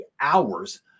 hours